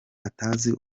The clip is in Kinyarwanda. atazi